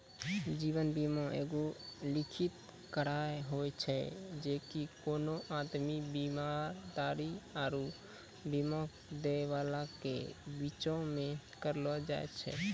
जीवन बीमा एगो लिखित करार होय छै जे कि कोनो आदमी, बीमाधारी आरु बीमा दै बाला के बीचो मे करलो जाय छै